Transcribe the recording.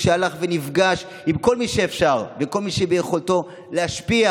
כשהלך ונפגש עם כל מי שאפשר וכל מי שביכולתו להשפיע,